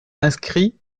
inscrit